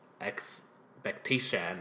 expectation